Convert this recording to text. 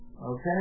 Okay